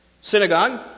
synagogue